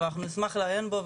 אבל אנחנו נשמח לעיין בו,